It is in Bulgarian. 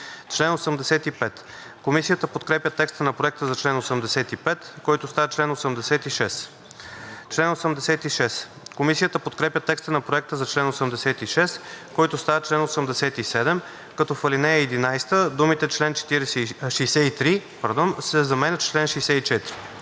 чл. 85. Комисията подкрепя текста на Проекта за чл. 85, който става чл. 86. Комисията подкрепя текста на Проекта за чл. 86, който става чл. 87, като в ал. 11 думите „чл. 63“ се заменят с „чл. 64“.